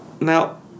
Now